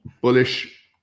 bullish